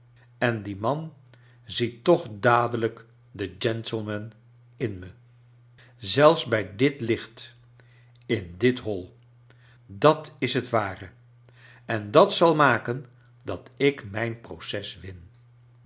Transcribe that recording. en die man ziet toch da delijk den gentleman in me i zelfs bij dit licht in dit hoi i dat is het ware en dat zal maken dat ik mijn proces win